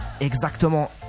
Exactement